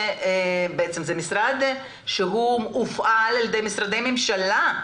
זה מוסד שהופעל על ידי משרדי ממשלה,